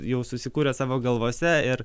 jau susikūrę savo galvose ir